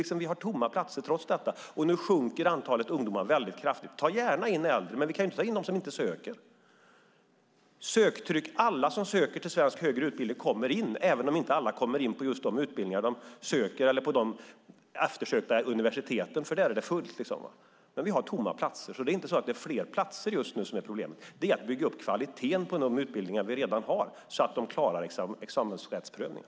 Vi har tomma platser trots stora ungdomskullar, och nu sjunker antalet ungdomar väldigt kraftigt. Vi ser gärna att man tar in äldre, men vi kan ju inte ta in dem som inte söker. Alla som söker till svensk högre utbildning kommer in, även om inte alla kommer in på just de utbildningar de söker eller på de eftersökta universiteten. Där är det fullt, men det finns tomma platser på andra ställen. Just nu är det alltså inte fler platser som är lösningen på problemet, utan det är att bygga upp kvaliteten på de utbildningar vi redan har så att de klarar examensrättsprövningen.